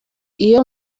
iyo